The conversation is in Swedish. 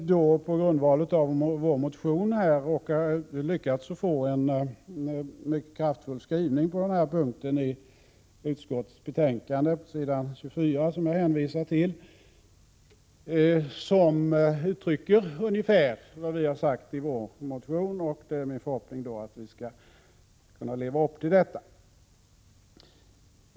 På grundval av vår motion har vi lyckats få en mycket kraftfull skrivning på den här punkten i utskottets betänkande, s. 24, som jag hänvisar till, en skrivning som uttrycker ungefär vad vi har sagt i vår motion. Det är min förhoppning att man skall kunna leva upp till detta.